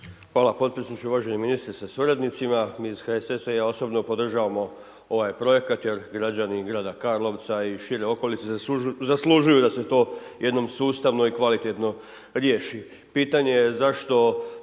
Hvala potpredsjedniče, uvaženi ministre sa suradnicima. Mi iz HSS-a i ja osobno podržavamo ovaj projekat jer građani grada Karlovca i šire okolice zaslužuju da se to jednom sustavno i kvalitetno riješi.